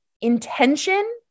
intention